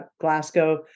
Glasgow